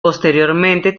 posteriormente